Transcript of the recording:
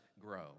grow